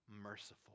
merciful